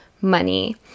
money